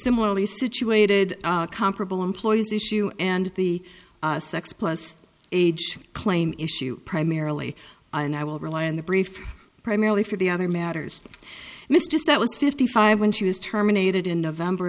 similarly situated comparable employees issue and the sex plus age claim issue primarily and i will rely on the brief primarily for the other matters miss just that was fifty five when she was terminated in november